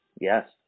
Yes